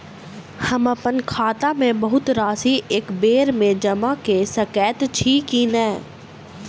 हम अप्पन खाता मे बहुत राशि एकबेर मे जमा कऽ सकैत छी की नै?